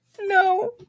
No